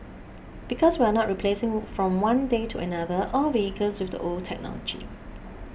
because we are not replacing from one day to another all vehicles with the old technology